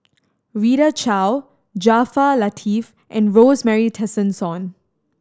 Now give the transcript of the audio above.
Rita Chao Jaafar Latiff and Rosemary Tessensohn